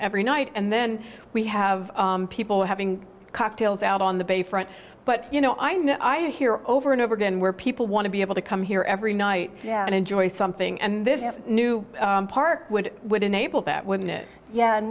every night and then we have people having cocktails out on the bay front but you know i know i hear over and over again where people want to be able to come here every night yeah and enjoy something and this new park would would enable that wouldn't it yeah and